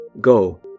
Go